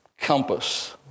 compass